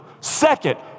Second